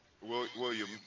William